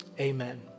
Amen